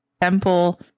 temple